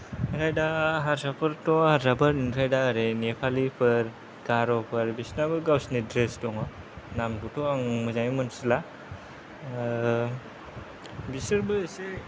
ओमफ्राय दा हारसाफोरथ' हारसाफोर ओमफ्राय दा नेपालिफोर गार'फोर बिसोरनाबो गावसोरनि द्रेस दङ नामखौथ' आं मोजाङै मोन्थिला बिसोरबो इसे